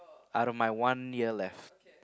outta my one year left